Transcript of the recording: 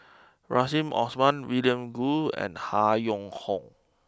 Rahim Omar William Goode and Han Yong Hong